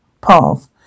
path